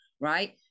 right